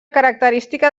característica